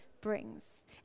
brings